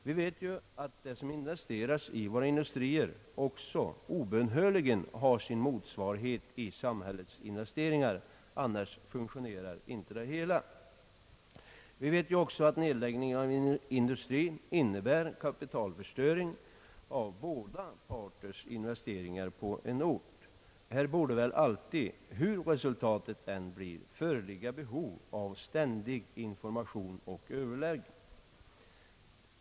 Vi vet ju att det som investerats i våra industrier också obönhörligen har sin motsvarighet i samhällets investeringar, annars funktionerar inte det hela. Vi vet också att nedläggning av en industri innebär kapitalförstöring av båda parters investeringar på en ort. Här borde väl alltid, hur resultatet än blir, föreligga behov av ständig information och överläggning.